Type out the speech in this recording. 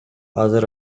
азыр